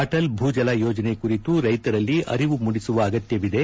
ಅಟಲ್ ಭೂಜಲ ಯೋಜನೆ ಕುರಿತು ರೈತರಲ್ಲಿ ಅರಿವು ಮೂಡಿಸುವ ಅಗತ್ಯವಿದೆ